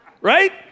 right